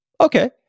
Okay